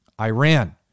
Iran